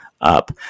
up